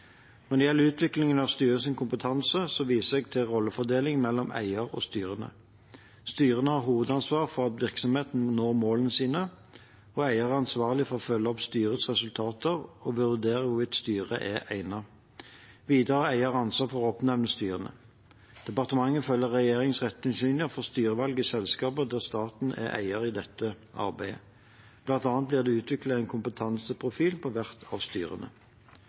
Når det gjelder utviklingen av styrenes kompetanse, viser jeg til rollefordeling mellom eier og styrene. Styrene har hovedansvar for at virksomheten når målene sine, og eier er ansvarlig for å følge opp styrets resultater og vurdere hvorvidt styret er egnet. Videre har eier ansvar for å oppnevne styrene. Departementet følger i dette arbeidet regjeringens retningslinjer for styrevalg i selskaper der staten er eier. Blant annet blir det utviklet en kompetanseprofil for hvert av styrene.